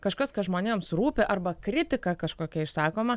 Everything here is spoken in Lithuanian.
kažkas kas žmonėms rūpi arba kritika kažkokia išsakoma